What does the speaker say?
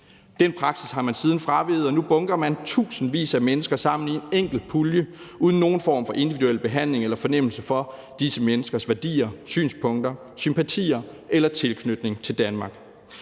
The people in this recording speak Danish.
Den praksis har man siden fraveget, og nu bunker man tusindvis af mennesker sammen i en enkelt pulje uden nogen form for individuel behandling eller fornemmelse for disse menneskers værdier, synspunkter, sympatier eller tilknytning til Danmark.